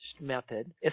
method